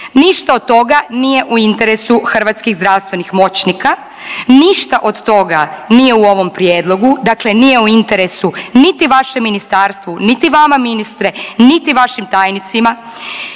Ništa od toga nije u interesu hrvatskih zdravstvenih moćnika, ništa od toga nije u ovom prijedlogu, dakle nije u interesu niti vašem ministarstvu, niti vama ministre, niti vašim tajnicima.